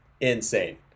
insane